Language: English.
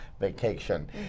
vacation